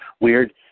weird